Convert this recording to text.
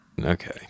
Okay